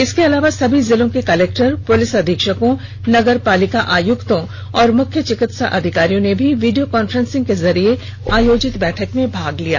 इसके अलावा सभी जिलों के कलेक्टर पुलिस अधीक्षकों नगर पालिका आयुक्तों और मुख्य चिकित्सा अधिकारियों ने भी वीडियों कांफ्रेंस के जरिये आयोजित बैठक में भाग लिया